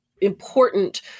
important